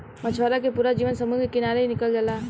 मछवारा के पूरा जीवन समुंद्र के किनारे ही निकल जाला